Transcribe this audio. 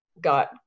got